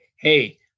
hey